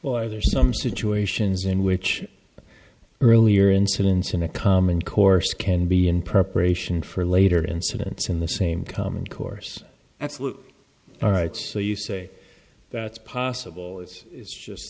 are there some situations in which the earlier incidents in the common course can be in preparation for later incidents in the same common course absolutely all right so you say that's possible it's just